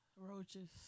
Roaches